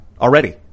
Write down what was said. already